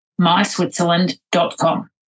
myswitzerland.com